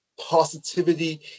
positivity